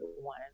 one